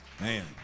Man